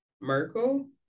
Merkel